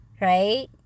right